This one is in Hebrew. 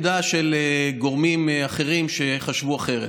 עמדה של גורמים אחרים שחשבו אחרת,